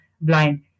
blind